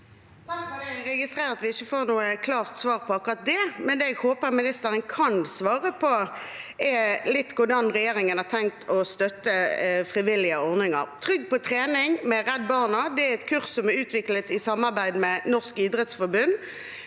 Jeg registrerer at vi ikke får noe klart svar på akkurat det, men det jeg håper ministeren kan svare på, er hvordan regjeringen har tenkt å støtte frivillige ordninger. Trygg på trening med Redd Barna er et kurs som er utviklet i samarbeid med Norges idrettsforbund,